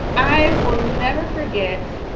i will never forget